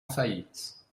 faillite